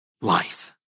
life